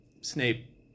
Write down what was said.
Snape